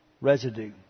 residue